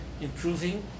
improving